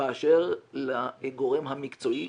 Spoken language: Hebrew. באשר לגורם המקצועי,